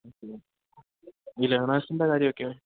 okay ഈ ലേണേഴ്സിൻറ്റെ കാര്യമൊക്കെയോ